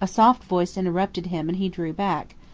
a soft voice interrupted him and he drew back.